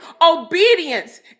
obedience